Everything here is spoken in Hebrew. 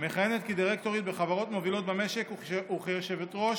מכהנת כדירקטורית בחברות מובילות במשק וכיושבת-ראש